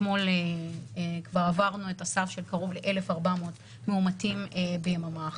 אתמול כבר עברנו את הסף של קרוב ל-1,400 מאומתים ביממה אחת,